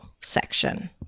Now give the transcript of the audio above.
section